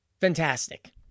fantastic